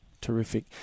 terrific